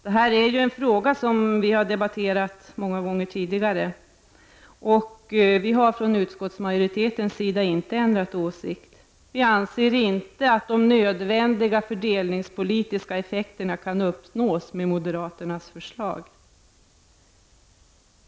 Det här är ju en fråga som vi har debatterat många gånger tidigare. Och vi har från utskottsmajoritetens sida inte ändrat åsikt. Vi anser inte att de nödvändiga fördelningspolitiska effekterna kan uppnås med moderaternas förslag.